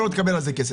ולא תקבל על זה כסף.